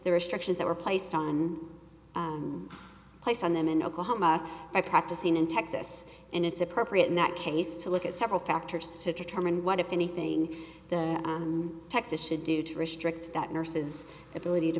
the restrictions that were placed on placed on them in oklahoma by practicing in texas and it's appropriate in that case to look at several factors to determine what if anything the texas should do to restrict that nurses a